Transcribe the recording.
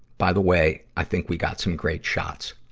by the way, i think we got some great shots.